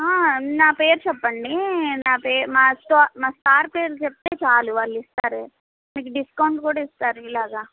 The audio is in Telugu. నా పేరు చెప్పండి నా పేర మా సా మా సార్ పేరు చెప్తే చాలు వాళ్ళు ఇస్తారు మీకు డిస్కౌంట్ కూడా ఇస్తారు ఇలాగా